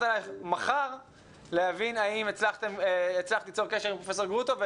אליך מחר להבין האם הצלחת ליצור קשר עם פרופ' גרוטו,